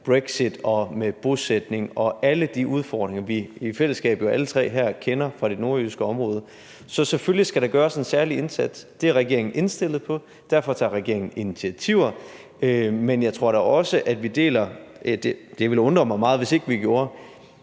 med brexit og med bosætning og alle de udfordringer, vi i fællesskab jo alle tre her kender fra det nordjyske område. Så selvfølgelig skal der gøres en særlig indsats. Det er regeringen indstillet på, og derfor tager regeringen initiativer. Men jeg tror da også, at vi deler – det ville undre mig meget, hvis ikke vi gjorde